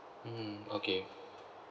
mmhmm okay